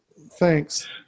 Thanks